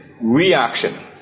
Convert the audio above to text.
reaction